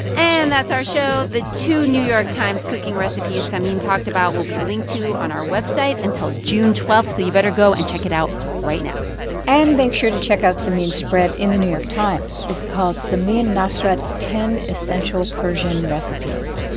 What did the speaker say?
and that's our show. the two new york times cooking recipes samin talked about will be linked to on our website until june twelve, so you better go and check it out right now and make sure to check out samin's spread in the new york times. it's called simian nosrat's ten essential persian recipes.